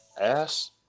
ass